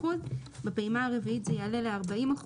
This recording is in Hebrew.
ובפעימה הרביעית זה יעלה ל-40%,